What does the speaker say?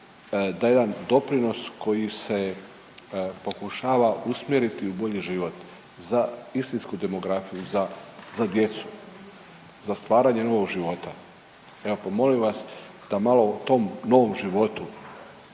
da jedan doprinos koji se pokušava usmjeriti u bolji život za istinsku demografiju, za, za djecu, za stvaranje novog života. Evo pa molim vas da malo o tom novom životu